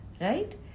right